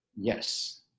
Yes